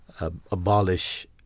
Abolish